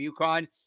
UConn